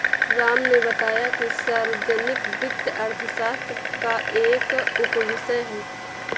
राम ने बताया कि सार्वजनिक वित्त अर्थशास्त्र का एक उपविषय है